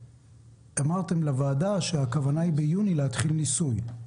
אמרתם לוועדה, שיש כוונה להתחיל ניסוי ביוני.